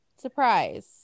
Surprise